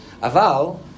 Aval